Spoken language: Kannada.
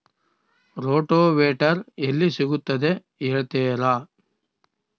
ರೋಟೋವೇಟರ್ ಎಲ್ಲಿ ಸಿಗುತ್ತದೆ ಹೇಳ್ತೇರಾ?